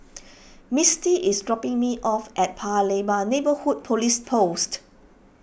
Misty is dropping me off at Pa Lebar Neighbourhood Police Post